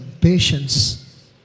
patience